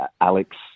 Alex